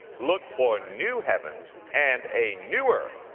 look for new heavens and a new earth,